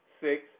six